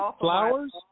Flowers